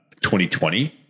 2020